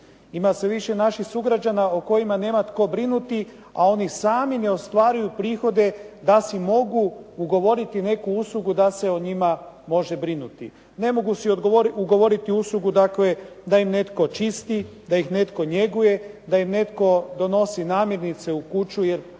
Ima sve više naših sugrađana o kojima nema tko brinuti a oni sami ne ostvaruju prihode da si mogu ugovoriti neku uslugu da se o njima može brinuti. Ne mogu si ugovoriti uslugu dakle da im netko čisti, da ih netko njeguje, da im netko donosi namirnice u kuću jer